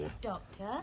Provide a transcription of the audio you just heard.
Doctor